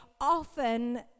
often